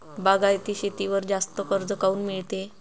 बागायती शेतीवर जास्त कर्ज काऊन मिळते?